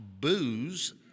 booze